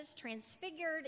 transfigured